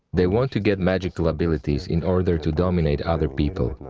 they want to get magical abilities in order to dominate other people.